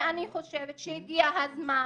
ואני חושבת שהגיע הזמן